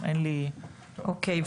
אוקיי.